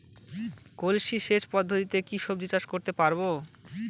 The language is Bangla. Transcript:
কলসি সেচ পদ্ধতিতে কি সবজি চাষ করতে পারব?